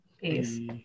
Peace